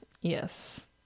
Yes